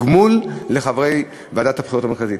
גמול לחברי ועדת הבחירות המרכזית.